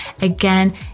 again